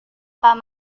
pak